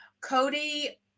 Cody